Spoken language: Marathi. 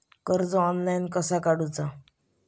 कर्ज ऑनलाइन कसा काडूचा?